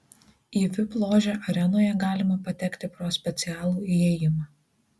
į vip ložę arenoje galima patekti pro specialų įėjimą